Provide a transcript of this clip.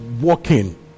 walking